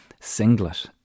singlet